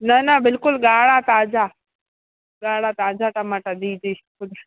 न न बिल्कुलु ॻाढ़ा ताज़ा ॻाढ़ा ताज़ा टामाटा जी जी